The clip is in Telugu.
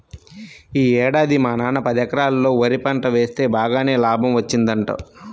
యీ ఏడాది మా నాన్న పదెకరాల్లో వరి పంట వేస్తె బాగానే లాభం వచ్చిందంట